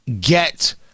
get